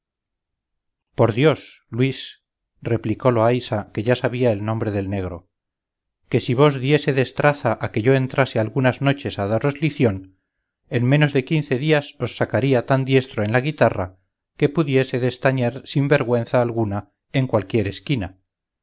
por dios luis replicó loaysa que ya sabía el nombre del negro que si vos diésedes traza a que yo entrase algunas noches a daros lición en menos de quince días os sacaría tan diestro en la guitarra que pudiésedes tañer sin vergüenza alguna en cualquiera esquina